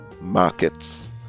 markets